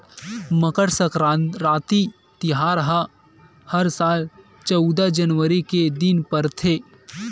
मकर सकराति तिहार ह हर साल चउदा जनवरी के दिन परथे